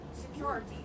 security